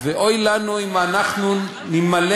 ואוי לנו אם אנחנו נימלט